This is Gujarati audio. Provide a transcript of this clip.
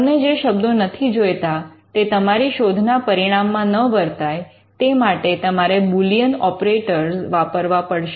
તમને જે શબ્દો નથી જોઈતા તે તમારી શોધના પરિણામમાં ન વર્તાય તે માટે તમારે બૂલિઅન ઓપરેટર વાપરવા પડશે